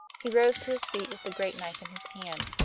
he rose to his feet with the great knife in his hand,